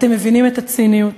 אתם מבינים את הציניות?